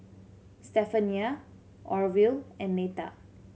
Stephania Orvil and Neta